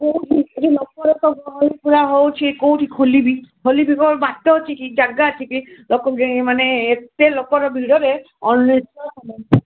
କେଉଁଠି ଲୋକ ଲୋକ ହଉଛି କେଉଁଠି ଖୋଲିବି ଖୋଲିବି କଣ ବାଟ ଅଛି କି ଜାଗା ଅଛି କି ଲୋକ ମାନେ ଏତେ ଲୋକର ଭିଡ଼ରେ ଅଣନିଶ୍ୱାସ